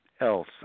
else